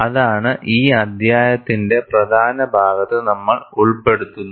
അതാണ് ഈ അധ്യായത്തിന്റെ പ്രധാന ഭാഗത്ത് നമ്മൾ ഉൾപ്പെടുത്തുന്നത്